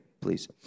please